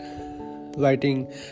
writing